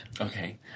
Okay